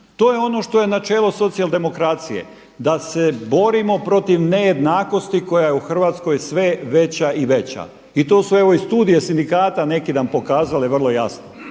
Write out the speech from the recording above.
To je ono što je načelo socijaldemokracije da se borimo protiv nejednakosti koja je u Hrvatskoj sve veća i veća. I to su evo i studije sindikata neki dan pokazale vrlo jasno